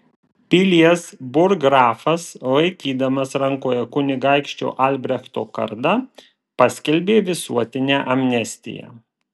pilies burggrafas laikydamas rankoje kunigaikščio albrechto kardą paskelbė visuotinę amnestiją